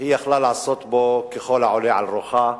היא יכלה לעשות בה ככל העולה על רוחה,